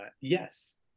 yes